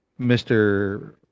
Mr